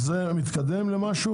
וזה מתקדם למשהו?